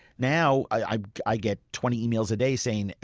now i i get twenty emails a day saying,